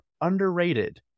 underrated